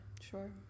Sure